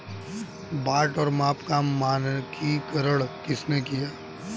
बाट और माप का मानकीकरण किसने किया?